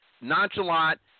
nonchalant